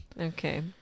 Okay